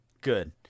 Good